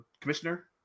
commissioner